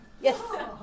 yes